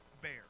bear